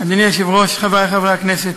אדוני היושב-ראש, חברי חברי הכנסת,